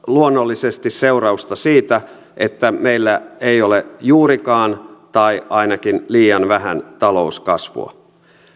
luonnollisesti seurausta siitä että meillä ei ole juurikaan tai ainakin on liian vähän talouskasvua